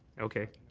okay.